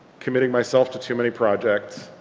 committing myself to too many projects,